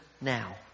now